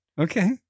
Okay